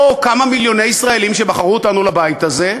או כמה מיליוני ישראלים שבחרו אותנו לבית הזה,